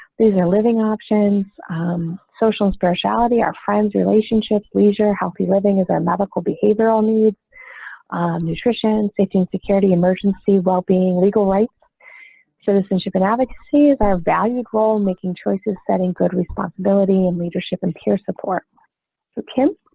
these are living options um social speciality our friends relationships leisure healthy living is our medical behavioral need nutrition safety and security emergency well being legal light citizenship, an avid see as i have valuable and making choices setting good responsibility and leadership and peer support for kim.